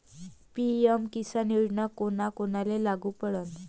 PM Kisan योजना कोना कोनाले लागू पडन?